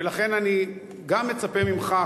לכן אני גם מצפה ממך,